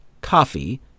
coffee